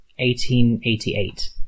1888